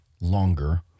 longer